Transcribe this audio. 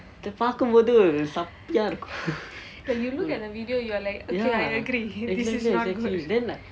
அது பார்க்கும் போது ஒரு சத்~ இருக்கும்:athu paarkkum pothu oru sath~ irukkum ya exactly exactly